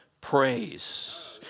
praise